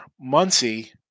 Muncie